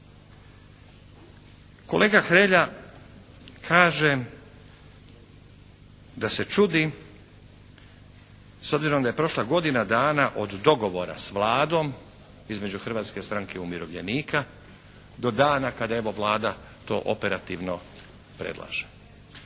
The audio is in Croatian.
Kolega Hrelja kaže da se čudi s obzirom da je prošla godina dana od dogovora s Vladom između Hrvatske stranke umirovljenika do dana kad je evo, Vlada to operativno predlaže.